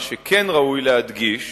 מה שכן ראוי להדגיש